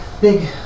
Big